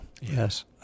Yes